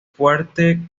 fuerte